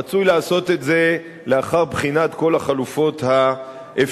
רצוי לעשות את זה לאחר בחינת כל החלופות האפשריות.